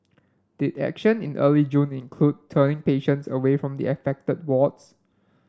did action in early June include turning patients away from the affected wards